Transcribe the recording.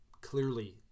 clearly